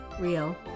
real